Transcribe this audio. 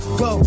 go